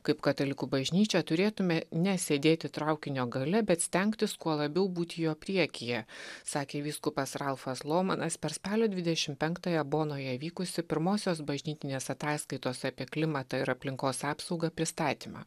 kaip katalikų bažnyčia turėtume ne sėdėti traukinio gale bet stengtis kuo labiau būti jo priekyje sakė vyskupas ralfas luomanas per spalio dvidešimt penktąją bonoje vykusį pirmosios bažnytinės ataskaitos apie klimatą ir aplinkos apsaugą pristatymą